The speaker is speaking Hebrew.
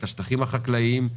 את השטחים החקלאיים.